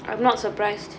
I'm not surprised